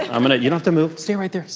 i mean you know have to move. stay right there.